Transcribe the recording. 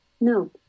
No